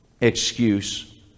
excuse